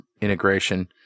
integration